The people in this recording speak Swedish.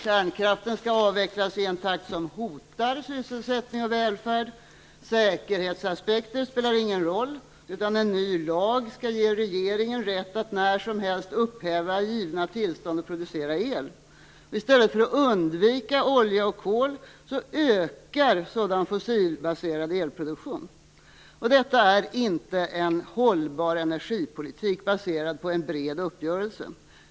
Kärnkraften skall avvecklas i en takt som hotar sysselsättning och välfärd. Säkerhetsaspekter spelar ingen roll, utan en ny lag skall ge regeringen rätt att när som helst upphäva givna tillstånd att producera el. I stället för att undvika olja och kol ökar man sådan fossilbaserad elproduktion. Detta är inte en hållbar energipolitik, baserad på en bred uppgörelse.